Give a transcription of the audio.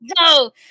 no